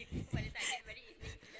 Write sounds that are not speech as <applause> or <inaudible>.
<laughs>